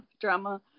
drama